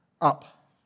up